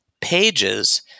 pages